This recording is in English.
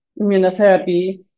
immunotherapy